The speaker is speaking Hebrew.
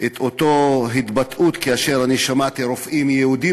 את אותה התבטאות כאשר שמעתי רופאים יהודים